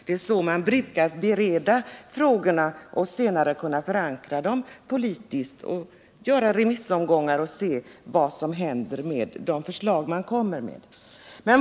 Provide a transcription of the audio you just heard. Det brukliga sättet att bereda frågorna för att senare kunna förankra dem politiskt är att sända ut de förslag som kommer fram på remiss i olika omgångar och se vad som händer med dem.